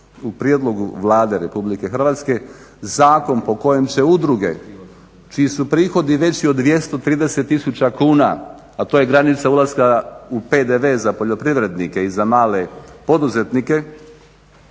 u prijedlogu Vlade RH zakon po kojem se udruge čiji su prihodi veći od 230 tisuća kuna a to je granica ulaska u PDV za poljoprivrednike i za male poduzetnike,